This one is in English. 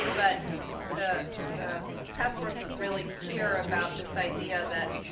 but the the task force was really clear about this idea that